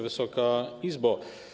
Wysoka Izbo!